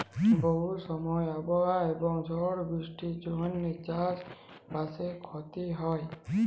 বহু সময় আবহাওয়া এবং ঝড় বৃষ্টির জনহে চাস বাসে ক্ষতি হয়